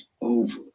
over